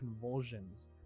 convulsions